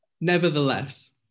Nevertheless